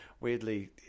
weirdly